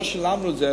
לא שילמנו על זה,